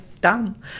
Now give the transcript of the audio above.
dumb